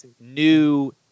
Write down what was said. new –